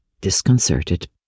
disconcerted